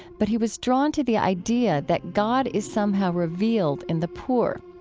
but he was drawn to the idea that god is somehow revealed in the poor.